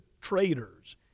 traitors